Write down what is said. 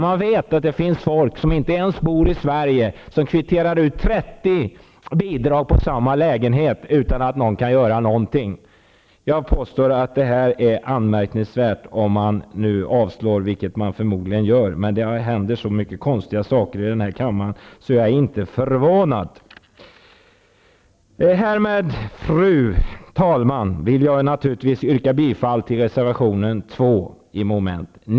Man vet att det finns människor som inte ens bor i Sverige som kvitterar ut 30 bidrag på samma lägenhet utan att någon kan göra någonting. Jag påstår att det är anmärkningsvärt om man avslår detta förslag, vilket man förmodligen gör. Men det händer så mycket konstiga saker i den här kammaren att jag inte blir förvånad. Fru talman! Härmed yrkar jag bifall till reservation